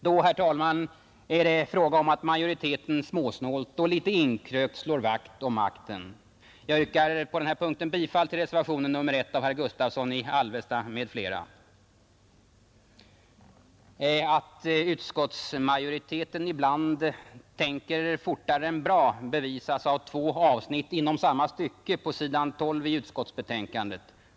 Då, herr talman, är det fråga om att majoriteten småsnålt och litet inkrökt slår vakt om makten. Att utskottsmajoriteten ibland tänker fortare än bra bevisas av två avsnitt inom samma stycke på s. 12 i utskottsbetänkandet.